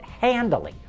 handily